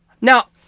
Now